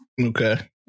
Okay